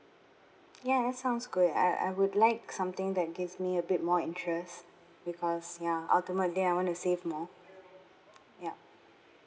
ya that sounds good I I would like something that gives me a bit more interest because ya ultimately I want to save more yup